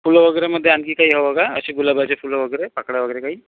फुलं वगैरे मध्ये आणखी काही हवं का असे गुलाबाचे फुलं वगैरे पाकळ्या वगैरे काही